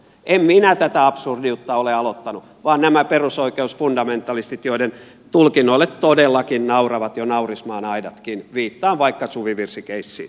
en minä tätä absurdiutta ole aloittanut vaan nämä perusoikeusfundamentalistit joiden tulkinnoille todellakin nauravat jo naurismaan aidatkin viittaan vaikka suvivirsikeissiin